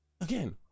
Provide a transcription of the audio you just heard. again